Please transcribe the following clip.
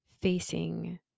facing